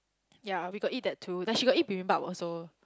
ya we got eat that two then she got eat bibimbap also